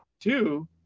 two